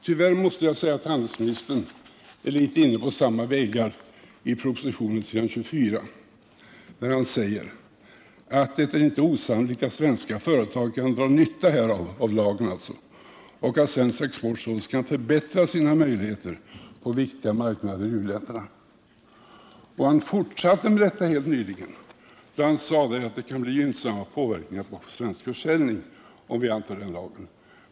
Tyvärr måste jag säga att handelsministern är litet inne på samma vägar när han på s. 24 i propositionen skriver: ”Det är inte osannolikt att svenska företag kan dra nytta härav” — alltså av denna lag -”och att svensk export således kan förbättra sina möjligheter på viktiga marknader i u-länderna.” Han fortsatte också på samma sätt helt nyligen då han sade, att det kan bli gynnsamma verkningar på den svenska försäljningen, om vi antar denna lagstiftning.